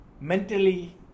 mentally